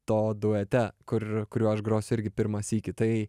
to duete kur kuriuo aš grosiu irgi pirmą sykį tai